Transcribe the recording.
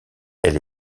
elle